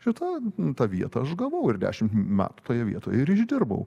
šita tą vietą aš gavau ir dešimt metų toje vietoje ir išdirbau